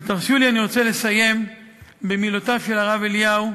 ותרשו לי, אני רוצה לסיים במילותיו של הרב אליהו,